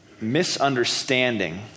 misunderstanding